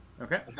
Okay